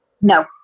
No